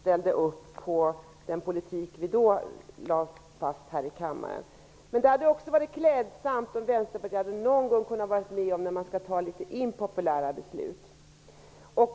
ställde upp för den politik som vi då lade fast i kammaren. Det hade också varit klädsamt om Vänsterpartiet någon gång hade kunnat vara med oss och fattat litet impopulära beslut.